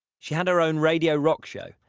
she had her own radio rock show,